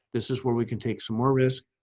this is where we can take some more risk